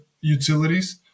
utilities